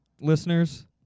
Listeners